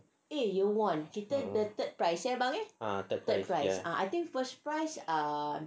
ah the third